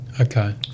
Okay